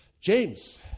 James